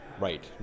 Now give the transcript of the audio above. right